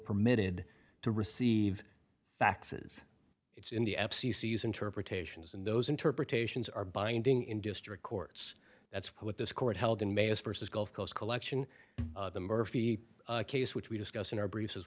permitted to receive faxes it's in the f c c use interpretations and those interpretations are binding in district courts that's what this court held in may as versus gulf coast collection the murphy case which we discussed in our briefs as